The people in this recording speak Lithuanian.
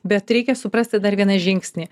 bet reikia suprasti dar vieną žingsnį